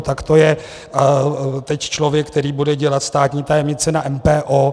Tak to je teď člověk, který bude dělat státní tajemnici na MPO.